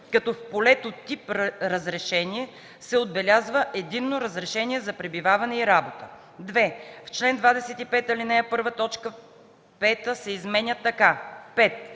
като в полето „тип разрешение” се отбелязва „единно разрешение за пребиваване и работа”.” 2. В чл. 25, ал. 1, т. 5 се изменя така: „5.